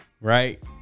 right